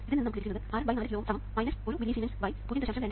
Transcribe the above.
ഇതിൽ നിന്ന് നമുക്ക് ലഭിക്കുന്നത് Rm 4 കിലോ Ω 1 മില്ലിസീമെൻസ് 0